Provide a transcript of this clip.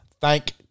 Thank